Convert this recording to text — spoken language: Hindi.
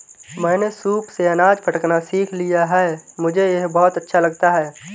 मैंने सूप से अनाज फटकना सीख लिया है मुझे यह बहुत अच्छा लगता है